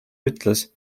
ütles